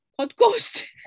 Podcast